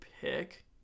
pick